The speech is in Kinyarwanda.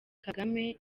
kagame